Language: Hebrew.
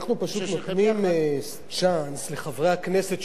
אנחנו פשוט נותנים צ'אנס לחברי הכנסת,